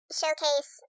showcase